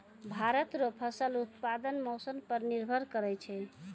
भारत रो फसल उत्पादन मौसम पर निर्भर करै छै